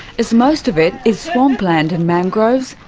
as most of it is swampland and mangroves,